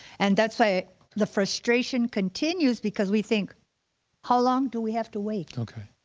and that's why the frustration continues, because we think how long do we have to wait? okay,